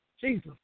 Jesus